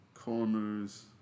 Corners